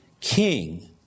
king